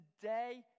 today